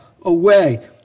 away